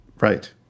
Right